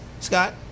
Scott